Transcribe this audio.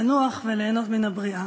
לנוח וליהנות מן הבריאה.